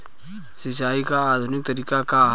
सिंचाई क आधुनिक तरीका का ह?